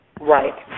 Right